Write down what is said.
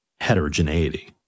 heterogeneity